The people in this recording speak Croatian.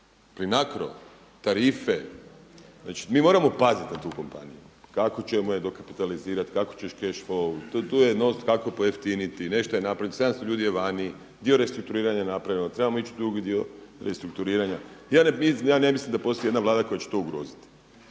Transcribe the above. Plinacro, tarife. Znači mi moramo paziti na tu kompaniju kako ćemo je dokapitalizirati, kako će cash …/Govornik se ne razumije./… Tu je …/Govornik se ne razumije./… pojeftiniti. Nešto je napravljeno. 700 ljudi je vani. Dio restrukturiranja je napravljeno. Trebamo ići u drugi dio restrukturiranja. Ja ne mislim da postoji i jedna Vlada koja će to ugroziti.